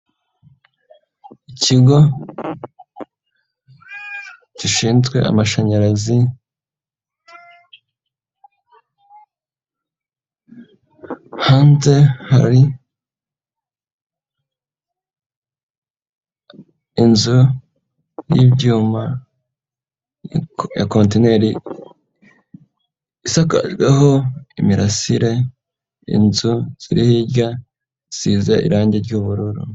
Ikigo gishinzwe amashanyarazi, hanze hari inzu y'ibyuma ya kontineri, isakajweho imirasire inzu ziri hirya zisize irangi ry'ubururu.